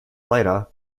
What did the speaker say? later